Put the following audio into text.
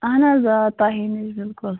اہن حظ آ تۄہے نِش بلکل